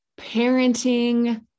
Parenting